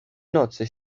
nocy